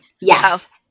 yes